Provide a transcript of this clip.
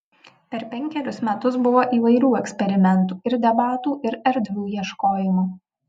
per penkerius metus buvo įvairių eksperimentų ir debatų ir erdvių ieškojimo